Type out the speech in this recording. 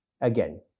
again